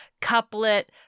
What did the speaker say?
couplet